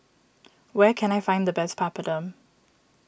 where can I find the best Papadum